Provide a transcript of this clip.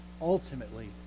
ultimately